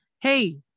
Hey